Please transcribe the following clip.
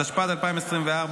התשפ"ד 2024,